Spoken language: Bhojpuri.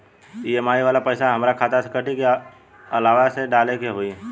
ई.एम.आई वाला पैसा हाम्रा खाता से कटी की अलावा से डाले के होई?